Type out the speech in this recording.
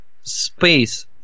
space